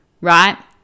right